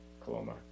coloma